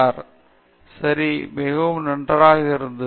பேராசிரியர் பிரதாப் ஹரிதாஸ் சரி மிக நன்றாக இருக்கிறது